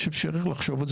יש פה מומחים.